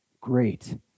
Great